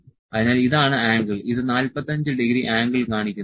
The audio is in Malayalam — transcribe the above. അതിനാൽ ഇതാണ് ആംഗിൾ ഇത് 45 ഡിഗ്രി ആംഗിൾ കാണിക്കുന്നു